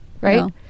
right